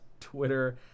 Twitter